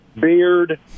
Beard